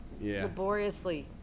laboriously